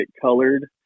colored